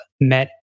met